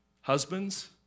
Husbands